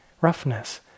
Roughness